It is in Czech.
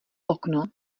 okno